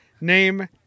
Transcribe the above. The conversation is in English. Name